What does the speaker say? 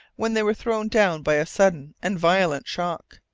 when they were thrown down by a sudden and violent shock.